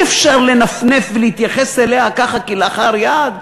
אי-אפשר לנפנף ולהתייחס אליה ככה כלאחר יד.